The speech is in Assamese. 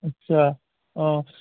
আচ্ছা অঁ